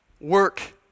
Work